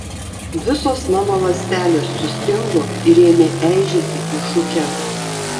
visos mano ląstelės sustingo ir ėmė eižėti į šukes